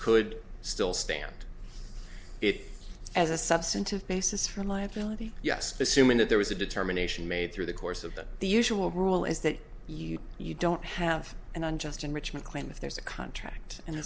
could still stamped it as a substantive basis for liability yes assuming that there was a determination made through the course of that the usual rule is that you you don't have an unjust enrichment claim if there's a contract and